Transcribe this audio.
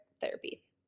therapy